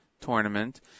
tournament